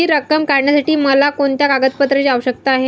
हि रक्कम काढण्यासाठी मला कोणत्या कागदपत्रांची आवश्यकता आहे?